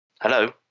hello